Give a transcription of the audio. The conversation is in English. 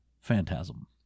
Phantasm